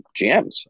GMs